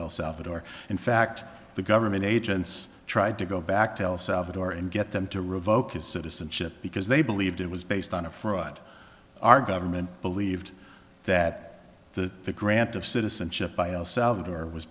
el salvador in fact the government agents tried to go back to el salvador and get them to revoke his citizenship because they believed it was based on a fraud our government believed that the the grant of citizenship by el salvador was